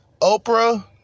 Oprah